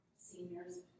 senior's